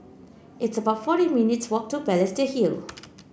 it's about forty minutes' walk to Balestier Hill